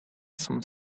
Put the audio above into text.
some